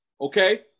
Okay